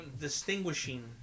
distinguishing